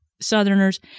Southerners